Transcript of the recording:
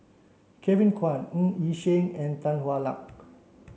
Kevin Kwan Ng Yi Sheng and Tan Hwa Luck